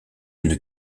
une